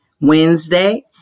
Wednesday